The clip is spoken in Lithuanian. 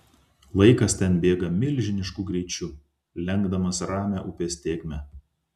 laikas ten bėga milžinišku greičiu lenkdamas ramią upės tėkmę